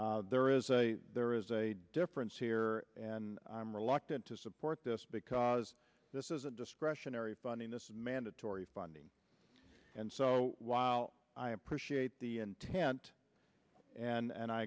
there is a there is a difference here and i'm reluctant to support this because this is a discretionary funding this is mandatory funding and so while i appreciate the intent and